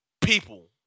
People